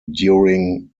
during